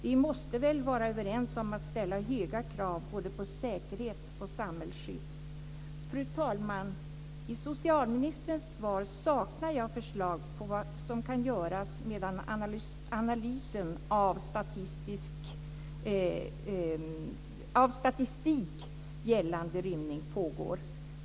Vi måste väl vara överens om att ställa höga krav på både säkerhet och samhällsskydd. Fru talman! I socialministerns svar saknar jag förslag om vad som kan göras medan analysen av statistik gällande rymningar pågår.